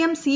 M C